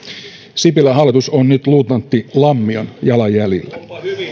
sipilän hallitus on nyt luutnantti lammion jalanjäljillä